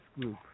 group